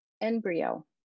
embryo